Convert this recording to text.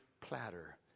platter